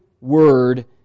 word